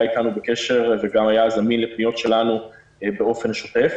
איתנו בקשר וגם היה זמין לפניות שלנו באופן שוטף.